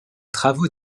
travaux